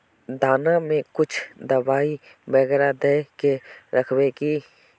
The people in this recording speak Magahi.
दाना में कुछ दबाई बेगरा दय के राखबे की?